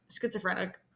schizophrenic